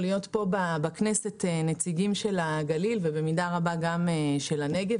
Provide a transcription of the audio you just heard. להיות פה בכנסת נציגים של הגליל ובמידה רבה גם של הנגב,